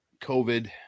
COVID